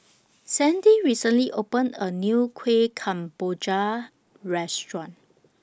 Sandy recently opened A New Kuih Kemboja Restaurant